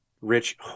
rich